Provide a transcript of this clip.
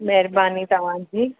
महिरबानी तव्हांजी